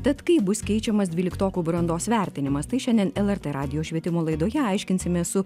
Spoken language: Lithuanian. tad kaip bus keičiamas dvyliktokų brandos vertinimas tai šiandien el er tė radijo švietimo laidoje aiškinsimės su